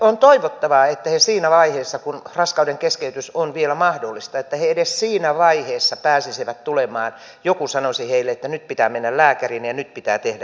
on toivottavaa että he edes siinä vaiheessa kun raskaudenkeskeytys on vielä mahdollista että he edes siinä vaiheessa pääsisivät tulemaan joku sanoisi heille että nyt pitää mennä lääkäriin ja nyt pitää tehdä jotakin